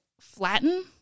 flatten